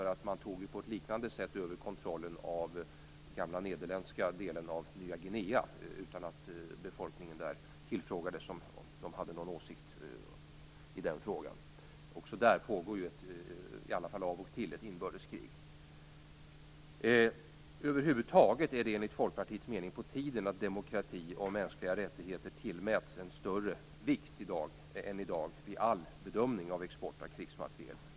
Man tog ju på ett liknande sätt över kontrollen över den gamla nederländska delen av Nya Guinea utan att befolkningen där tillfrågades om de hade någon åsikt i den frågan. Också där pågår av och till ett inbördeskrig. Över huvud taget är det enligt Folkpartiets mening på tiden att demokrati och mänskliga rättigheter tillmäts en större vikt än i dag vid all bedömning av export av krigsmateriel.